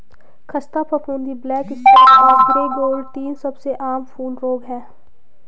ख़स्ता फफूंदी, black spot और ग्रे मोल्ड तीन सबसे आम फूल रोग हैं